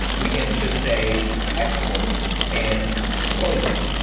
we can just say export and expose it.